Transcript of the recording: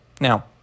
Now